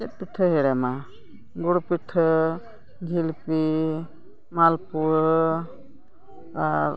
ᱪᱮᱫ ᱯᱤᱴᱷᱟᱹ ᱦᱮᱬᱮᱢᱟ ᱜᱩᱲ ᱯᱤᱴᱷᱟᱹ ᱡᱷᱤᱞᱯᱤ ᱢᱟᱞᱯᱩᱣᱟᱹ ᱟᱨ